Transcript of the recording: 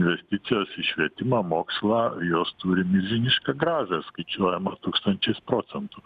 investicijos į švietimą mokslą jos turi milžinišką grąžą skaičiuojama tūkstančiais procentų